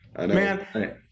Man